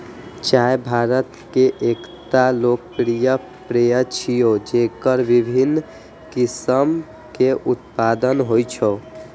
चाय भारत के एकटा लोकप्रिय पेय छियै, जेकर विभिन्न किस्म के उत्पादन होइ छै